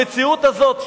המציאות הזאת,